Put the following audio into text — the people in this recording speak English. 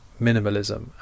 Minimalism